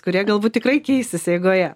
kurie galbūt tikrai keisis eigoje